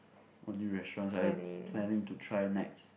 what new restaurants are you planning to try next